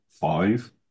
five